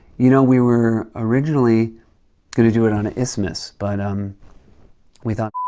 you know, we were originally going to do it on isthmus, but, um we thought,